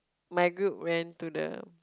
my group ran to the